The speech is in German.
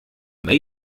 made